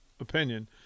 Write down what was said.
opinion